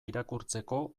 irakurtzeko